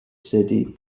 city